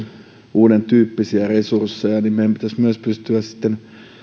uudentyyppisiä resursseja niin meidän pitäisi pystyä sitten myös